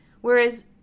Whereas